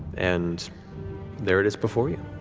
and there it is before you.